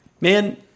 man